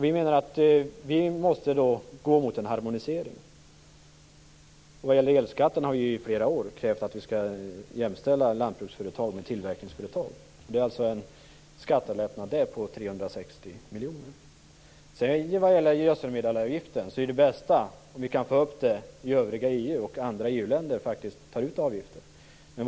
Vi menar att vi måste gå mot en harmonisering. Vad gäller elskatten har vi i flera år krävt att vi skall jämställa lantbruksföretag med tillverkningsföretag. Det är alltså en skattelättnad där på Det bästa är om vi kan få upp gödselmedelavgiften i övriga EU så att andra EU-länder faktiskt tar ut avgifter.